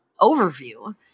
overview